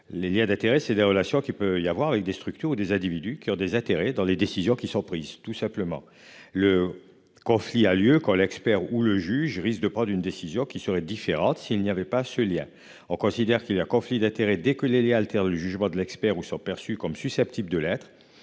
Les Liens d'intérêt c'est des relations qu'il peut y avoir avec des structures ou des individus qui ont des intérêts dans les décisions qui sont prises, tout simplement. Le conflit a lieu quand l'expert ou le juge risque de prendre une décision qui serait différente si il n'y avait pas ce lien. On considère qu'il y a conflit d'intérêt, dès que les les altère le jugement de l'expert ou sur perçues comme susceptibles de l'être.